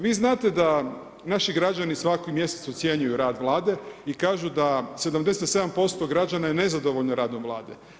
Vi znate da naši građani svaki mjesec ocjenjuju rad Vlade i kažu da 77% građana je nezadovoljno radom Vlade.